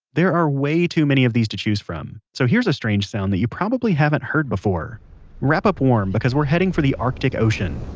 there are way too many of these to choose from, so here's a strange sound that you probably haven't heard before wrap up warm because we're heading for the arctic ocean,